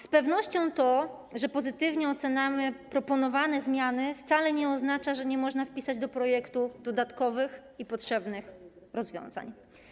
Z pewnością to, że pozytywnie oceniamy proponowane zmiany, wcale nie oznacza, że nie można wpisać do projektu dodatkowych i potrzebnych rozwiązań.